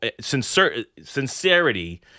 sincerity